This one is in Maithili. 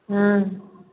हाँ